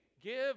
give